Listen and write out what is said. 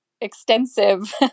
extensive